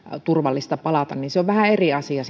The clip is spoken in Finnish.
turvallista palata se on vähän eri asia